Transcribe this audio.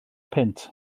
punt